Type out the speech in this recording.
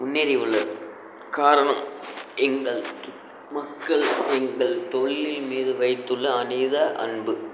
முன்னேறி உள்ளது காரணம் எங்கள் மக்கள் எங்கள் தொழிலின் மீது வைத்துள்ள அதீத அன்பு